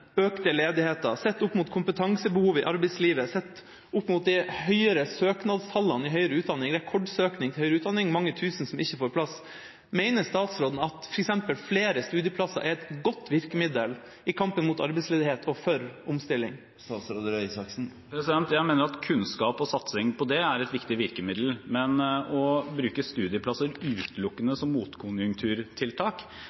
økte ledigheten, sett opp mot kompetansebehovet i arbeidslivet, sett opp mot de høyere søknadstallene i høyere utdanning – rekordsøkning til høyere utdanning, det er mange tusen som ikke får plass – mener statsråden at f.eks. flere studieplasser er et godt virkemiddel i kampen mot arbeidsledighet og for omstilling? Jeg mener at kunnskap og satsing på det er et viktig virkemiddel. Men å bruke studieplasser utelukkende som motkonjunkturtiltak